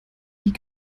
die